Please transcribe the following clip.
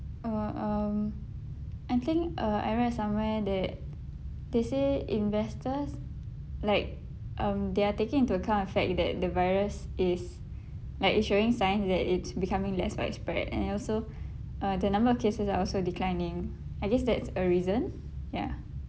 uh um I think uh I read somewhere that they say investors like um they are taking into account the fact that the virus is like showing signs that it's becoming less widespread and also uh the number of cases are also declining at least that's a reason ya